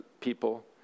people